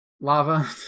lava